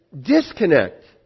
disconnect